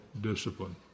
discipline